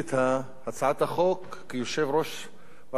כיושב-ראש ועדת חוץ וביטחון מטעם הקואליציה.